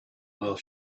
while